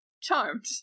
Charmed